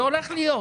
זה הולך להיות.